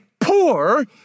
poor